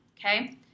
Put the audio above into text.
okay